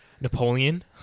Napoleon